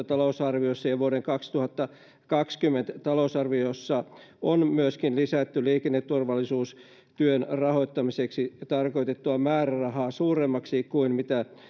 talousarviossa ja ja vuoden kaksituhattakaksikymmentä talousarviossa on myöskin lisätty liikenneturvallisuustyön rahoittamiseksi tarkoitettua määrärahaa suuremmaksi kuin mitä